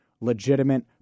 legitimate